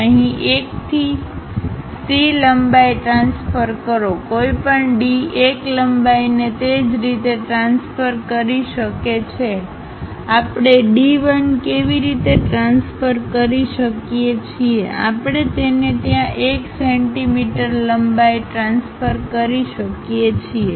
અહીં 1 થી C લંબાઈ ટ્રાન્સફર કરો કોઈ પણ D 1 લંબાઈને તે જ રીતે ટ્રાન્સફર કરી શકે છે આપણે D 1 કેવી રીતે ટ્રાન્સફર કરી શકીએ છીએ આપણે તેને ત્યાં 1 સેન્ટિ લંબાઈ ટ્રાન્સફર કરી શકીએ છીએ